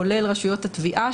כולל רשויות התביעה,